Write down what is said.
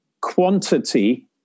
Quantity